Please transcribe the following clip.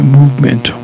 movement